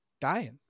Dying